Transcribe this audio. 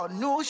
new